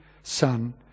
son